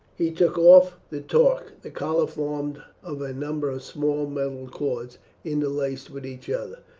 he took off the torque, the collar formed of a number of small metal cords interlaced with each other,